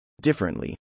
Differently